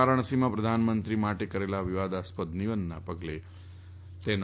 વારાણસીમાં પ્રધાનમંત્રી માટે કરેલા વિવાદાસ્પદ નિવેદનના પગલે આ નોટીસ આપી છે